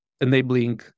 enabling